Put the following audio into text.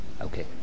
Okay